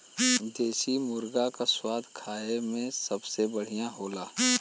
देसी मुरगा क स्वाद खाए में सबसे बढ़िया होला